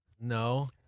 No